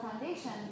foundation